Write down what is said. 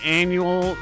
annual